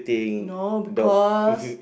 no because